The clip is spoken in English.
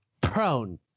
Prone